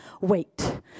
wait